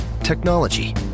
Technology